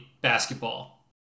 basketball